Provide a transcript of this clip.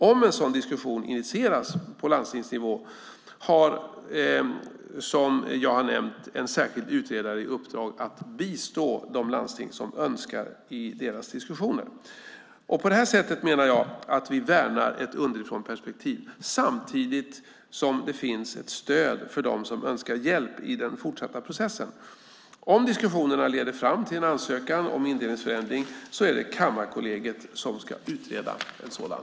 Om en sådan diskussion initieras på landstingsnivå har som har som jag nämnt en särskild utredare i uppdrag att bistå de landsting som så önskar i deras diskussioner. På detta sätt menar jag att vi värnar ett underifrånperspektiv, samtidigt som det finns ett stöd för dem som önskar hjälp i den fortsatta processen. Om diskussionerna leder fram till en ansökan om indelningsförändring är det Kammarkollegiet som ska utreda en sådan.